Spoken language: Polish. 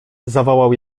zawołał